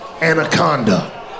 anaconda